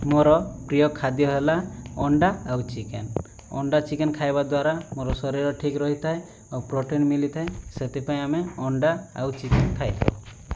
ମୋର ପ୍ରିୟ ଖାଦ୍ୟ ହେଲା ଅଣ୍ଡା ଆଉ ଚିକେନ ଅଣ୍ଡା ଚିକେନ ଖାଇବା ଦ୍ୱାରା ମୋର ଶରୀର ଠିକ୍ ରହିଥାଏ ଆଉ ପ୍ରୋଟିନ୍ ମିଳିଥାଏ ସେଥିପାଇଁ ଆମେ ଅଣ୍ଡା ଆଉ ଚିକେନ ଖାଇଥାଉ